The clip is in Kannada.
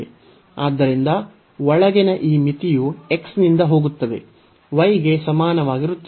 ಆದ್ದರಿಂದ ಒಳಗಿನ ಈ ಮಿತಿಯು x ನಿಂದ ಹೋಗುತ್ತದೆ y ಗೆ ಸಮಾನವಾಗಿರುತ್ತದೆ